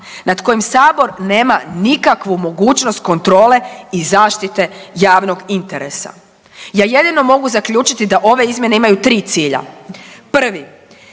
nad kojim sabor nema nikakvu mogućnost kontrole i zaštite javnog interesa. Ja jedino mogu zaključiti da ove izmjene imaju 3 cilja. Prvi,